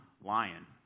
lion